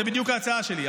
זה בדיוק ההצעה שלי,